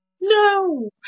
No